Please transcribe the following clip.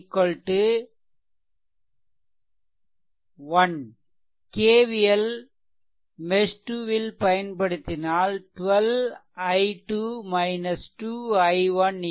i1 I KVL mesh 2 ல் பயன்படுத்தினால் 12 i2 2 i1 0